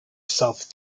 south